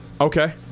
Okay